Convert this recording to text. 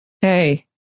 Hey